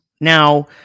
now